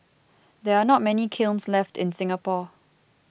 there are not many kilns left in Singapore